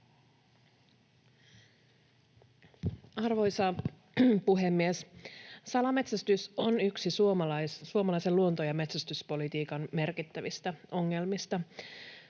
Arvoisa puhemies! Salametsästys on yksi suomalaisen luonto- ja metsästyspolitiikan merkittävistä ongelmista.